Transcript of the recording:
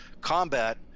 combat